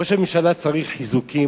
ראש הממשלה צריך חיזוקים,